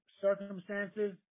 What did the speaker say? circumstances